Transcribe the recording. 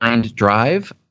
Drive